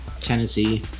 tennessee